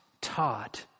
taught